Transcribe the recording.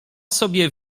sobie